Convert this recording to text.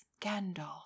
Gandalf